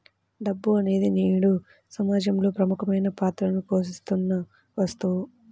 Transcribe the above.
డబ్బు అనేది నేడు సమాజంలో ప్రముఖమైన పాత్రని పోషిత్తున్న వస్తువు